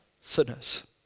sinners